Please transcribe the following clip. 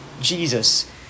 Jesus